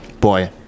boy